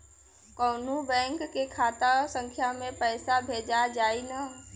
कौन्हू बैंक के खाता संख्या से पैसा भेजा जाई न?